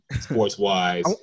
sports-wise